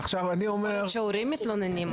יכול להיות שהורים מתלוננים.